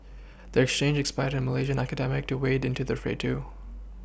their exchange inspired a Malaysian academic to wade into the fray too